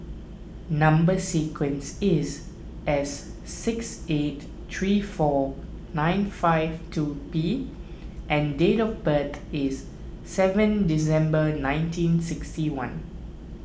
Number Sequence is S six eight three four nine five two P and date of birth is seven December nineteen sixty one